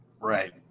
Right